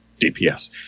DPS